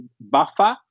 buffer